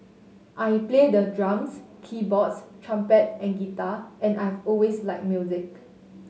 I play the drums keyboards trumpet and guitar and I've always liked music